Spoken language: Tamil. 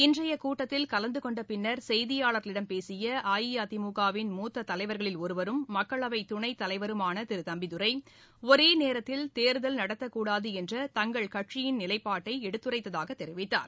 இன்றைய கூட்டத்தில் கலந்துகொண்டபின்னர் செய்தியாளர்களிடம் பேசிய அஇஅதிமுக வின் மூத்த தலைவர்களில் ஒருவரும் மக்களவை துணைத்தலைவருமான திரு தம்பிதுரை ஒரே நேரத்தில் தேர்தல் நடத்தக்கூடாது என்ற தங்கள் கட்சியின் நிலைப்பாட்டை எடுத்துரைத்ததாக தெரிவித்தார்